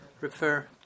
refer